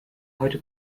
heute